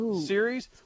Series